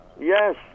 Yes